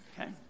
Okay